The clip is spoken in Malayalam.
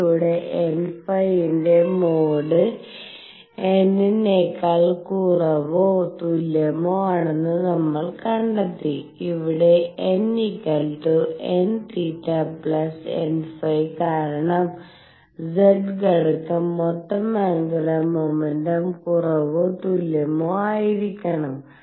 ഇതിലൂടെ nϕ ന്റെ മോഡ് n നേക്കാൾ കുറവോ തുല്യമോ ആണെന്ന് നമ്മൾ കണ്ടെത്തി ഇവിടെ nnθnϕ കാരണം z ഘടകം മൊത്തം ആന്ഗുലർ മോമെൻറും കുറവോ തുല്യമോ ആയിരിക്കണം